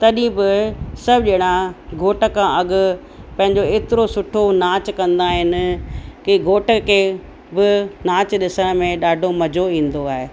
तॾहिं बि सभु ॼणा घोट खां अॻु पंहिंजो एतिरो सुठो नाचु कंदा आहिनि की घोट खे बि नाचु ॾिसण में ॾाढो मज़ो ईंदो आहे